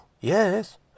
Yes